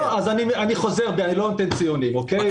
לא, אז אני חוזר בי, אני לא נותן ציונים, אוקיי?